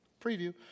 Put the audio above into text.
Preview